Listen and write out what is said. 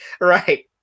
right